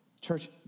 Church